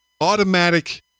automatic